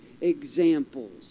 examples